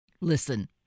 listen